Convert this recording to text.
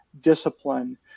discipline